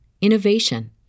innovation